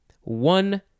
One